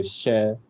share